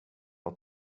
och